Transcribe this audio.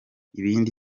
ibindi